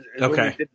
Okay